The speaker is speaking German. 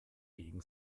gegen